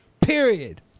Period